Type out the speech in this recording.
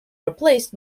replaced